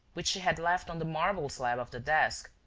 which she had left on the marble slab of the desk,